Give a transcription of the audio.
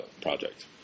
project